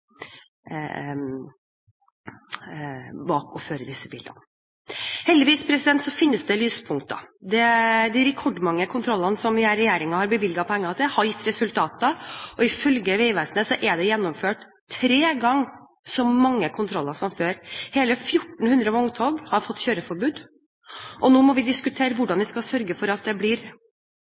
disse bilene. Heldigvis finnes det lyspunkter. De rekordmange kontrollene som regjeringen har bevilget penger til, har gitt resultater. Ifølge Vegvesenet er det gjennomført tre ganger så mange kontroller som før. Hele 1 400 vogntog har fått kjøreforbud. Nå må vi diskutere hvordan vi skal sørge for at det blir